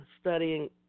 studying